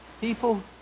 People